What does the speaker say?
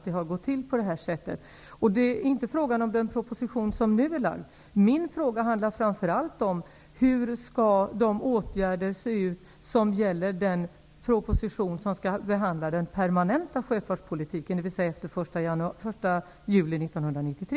Det är inte fråga om den proposition som nu är framlagd. Min fråga handlar framför allt om hur åtgärderna i den proposition som skall behandla den permanenta sjöfartspolitiken skall se ut, dvs. den proposition som kommer efter den 1 juli 1993.